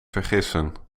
vergissen